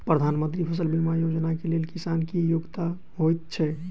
प्रधानमंत्री फसल बीमा योजना केँ लेल किसान केँ की योग्यता होइत छै?